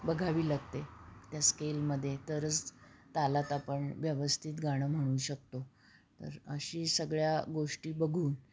बघावी लागते त्या स्केलमध्ये तरच तालात आपण व्यवस्थित गाणं म्हणू शकतो तर अशी सगळ्या गोष्टी बघून